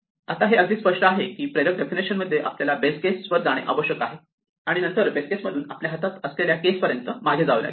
आता हे अगदी स्पष्ट आहे की प्रेरक डेफिनेशन मध्ये आपल्याला बेस केसवर जाणे आवश्यक आहे आणि नंतर बेस केसपासून आपल्या हातात असलेल्या केसपर्यंत मागे जावे लागेल